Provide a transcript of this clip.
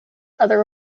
other